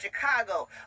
Chicago